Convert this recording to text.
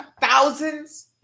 Thousands